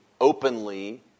openly